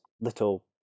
little